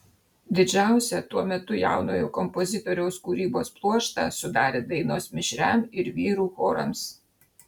didžiausią tuo metu jaunojo kompozitoriaus kūrybos pluoštą sudarė dainos mišriam ir vyrų chorams